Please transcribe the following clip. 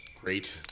great